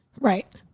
Right